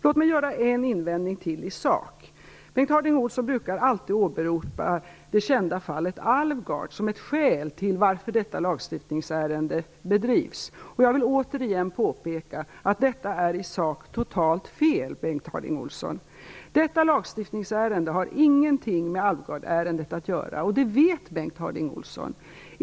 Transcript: Låt mig göra en invändning till i sak. Bengt Harding Olson brukar åberopa det kända fallet Halvar Alvgard som ett skäl till att detta lagstiftningsärende bedrivs. Jag vill återigen påpeka att detta är i sak totalt fel, Bengt Harding Olson! Detta lagstiftningsärende har ingenting med Alvgardärendet att göra, och det vet Bengt Harding Olson.